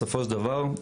בסופו של דבר,